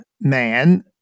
man